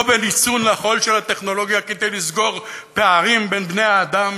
לא בניצול נכון של הטכנולוגיה כדי לסגור פערים בין בני-האדם,